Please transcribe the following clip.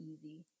easy